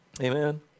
Amen